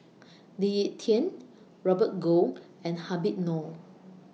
Lee Ek Tieng Robert Goh and Habib Noh